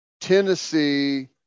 Tennessee